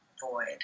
void